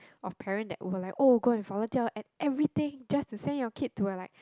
of parent that will like oh go and follow child at everything just to send your kid to a like